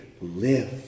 live